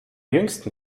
jüngsten